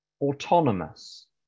autonomous